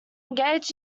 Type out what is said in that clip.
engaged